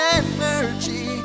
energy